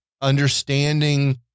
understanding